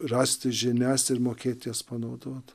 rasti žinias ir mokėt jas panaudot